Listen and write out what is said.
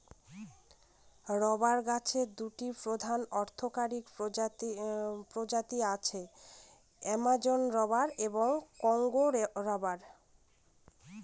rubber গাছের দুটি প্রধান অর্থকরী প্রজাতি আছে, অ্যামাজন রবার এবং কংগো রবার